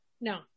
No